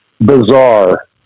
bizarre